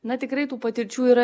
na tikrai tų patirčių yra